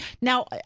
Now